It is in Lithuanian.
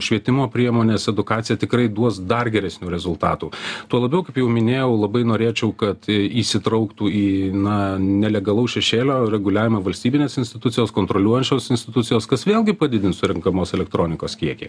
švietimo priemonės edukacija tikrai duos dar geresnių rezultatų tuo labiau kaip jau minėjau labai norėčiau kad įsitrauktų į na nelegalaus šešėlio reguliavimą valstybinės institucijos kontroliuojančios institucijos kas vėlgi padidins surenkamos elektronikos kiekį